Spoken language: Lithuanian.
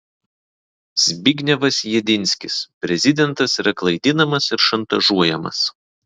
zbignevas jedinskis prezidentas yra klaidinamas ir šantažuojamas